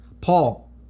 Paul